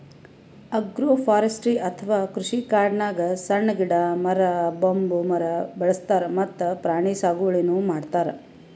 agroforestry ಅಥವಾ ಕೃಷಿಕಾಡ್ನಾಗ್ ಸಣ್ಣ್ ಗಿಡ, ಮರ, ಬಂಬೂ ಮರ ಬೆಳಸ್ತಾರ್ ಮತ್ತ್ ಪ್ರಾಣಿ ಸಾಗುವಳಿನೂ ಮಾಡ್ತಾರ್